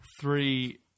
three